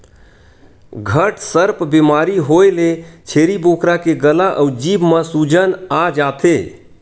घटसर्प बेमारी होए ले छेरी बोकरा के गला अउ जीभ म सूजन आ जाथे